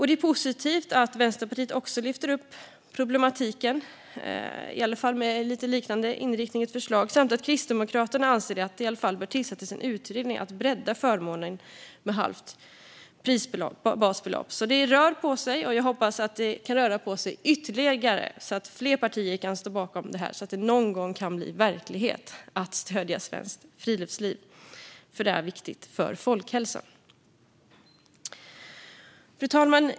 Det är positivt att Vänsterpartiet också lyfter upp problematiken med ett lite liknande förslag, och att Kristdemokraterna anser att det i alla fall bör tillsättas en utredning för att bredda förmånen med ett halvt prisbasbelopp. Det rör alltså på sig, och jag hoppas att fler partier ställer sig bakom detta så att det någon gång kan bli verklighet att stödja svenskt friluftsliv, som är så viktigt för folkhälsan. Fru talman!